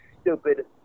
stupid